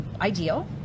ideal